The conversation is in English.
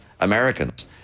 Americans